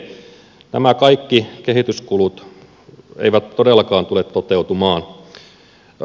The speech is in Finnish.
nämä kaikki kehityskulut eivät todellakaan tule toteutumaan